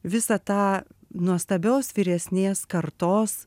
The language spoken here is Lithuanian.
visą tą nuostabios vyresnės kartos